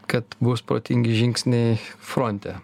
kad bus protingi žingsniai fronte